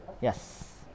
yes